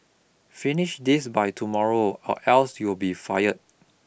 finish this by tomorrow or else you'll be fired